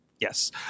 Yes